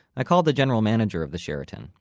i called the general manager of the sheraton,